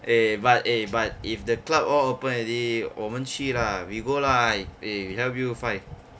eh but eh but if the club all open already 我们去 lah we go lah eh help you find